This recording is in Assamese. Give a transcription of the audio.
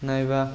নাইবা